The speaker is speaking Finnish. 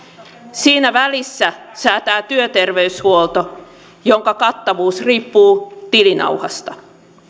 siinä välissä säätää työterveyshuolto jonka kattavuus riippuu tilinauhasta